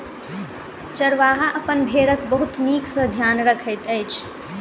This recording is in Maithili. चरवाहा अपन भेड़क बहुत नीक सॅ ध्यान रखैत अछि